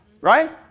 right